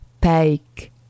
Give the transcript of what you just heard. take